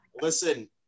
Listen